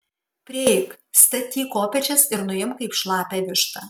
prieik statyk kopėčias ir nuimk kaip šlapią vištą